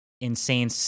insane